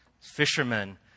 Fishermen